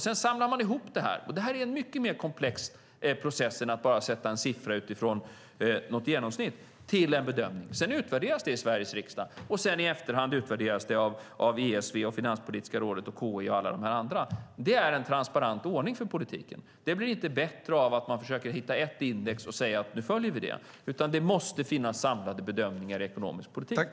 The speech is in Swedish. Sedan samlar man ihop detta, och det är en mycket mer komplex process än att bara sätta en siffra utifrån ett genomsnitt, till en bedömning. Sedan utvärderas det i Sveriges riksdag, och i efterhand utvärderas det av ESV, Finanspolitiska rådet, KI och alla de andra. Det är en transparent ordning för politiken. Det blir inte bättre av att man försöker hitta ett index och säga att man följer det, utan det måste finnas samlade bedömningar i ekonomisk politik.